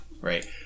right